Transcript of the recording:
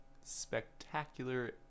spectacular